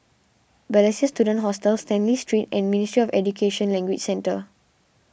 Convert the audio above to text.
Balestier Student Hostel Stanley Street and Ministry of Education Language Centre